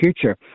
future